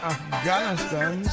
Afghanistan